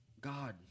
God